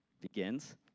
Begins